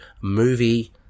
movie